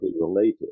related